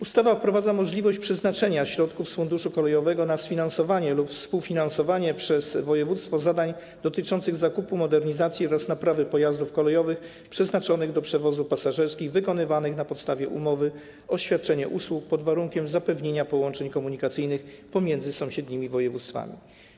Ustawa wprowadza możliwość przeznaczenia środków z Funduszu Kolejowego na sfinansowanie lub współfinansowanie przez województwo zadań dotyczących zakupu, modernizacji oraz naprawy pojazdów kolejowych przeznaczonych do przewozów pasażerskich wykonywanych na podstawie umowy o świadczenie usług pod warunkiem zapewnienia połączeń komunikacyjnych pomiędzy sąsiednimi województwami.